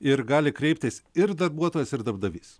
ir gali kreiptis ir darbuotojas ir darbdavys